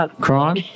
Crime